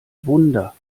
wunder